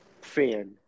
fan